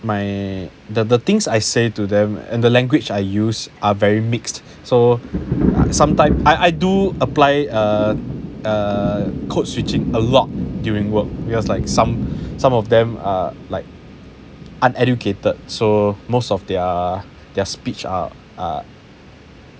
my the the things I say to them and the language I use are very mixed so sometimes I do apply a a code switching a lot during work because like some some of them are like uneducated so most of their their speech are uh